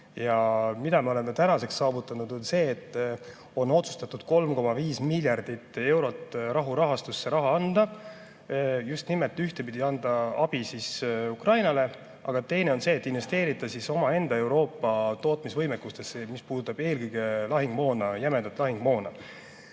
Mida me oleme tänaseks saavutanud, on see, et on otsustatud 3,5 miljardit eurot rahurahastusse anda. Just nimelt ühtpidi anda abi Ukrainale, aga teistpidi investeerida omaenda Euroopa tootmisvõimekusse, mis puudutab eelkõige lahingumoona,